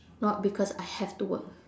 not because I have to work